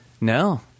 No